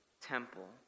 temple